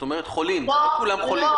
את אומרת "חולים" לא כולם חולים.